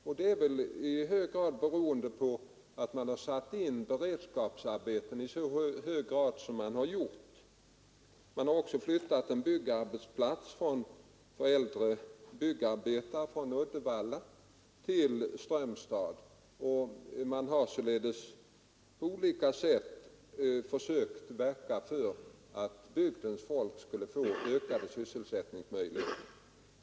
Det beror väl i hög grad på att man har satt in beredskapsarbeten i så stor utsträckning. Man har också flyttat en byggarbetsplats för äldre byggarbetare från Uddevalla till Strömstad. På olika sätt har man således verkat för att bygdens folk skulle få ökade sysselsättningsmöjligheter.